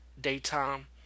daytime